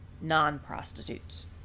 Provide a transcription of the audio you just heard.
non-prostitutes